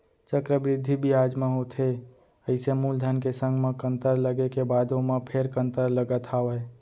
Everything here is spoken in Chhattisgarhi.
चक्रबृद्धि बियाज म होथे अइसे मूलधन के संग म कंतर लगे के बाद ओमा फेर कंतर लगत हावय